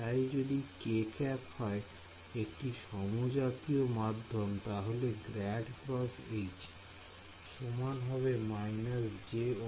তাই যদি kˆ হয় একটি সমজাতীয় মাধ্যম তাহলে ∇× H সমান হবে jωμ